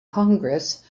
congress